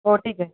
हो ठीक आहे